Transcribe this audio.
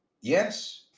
yes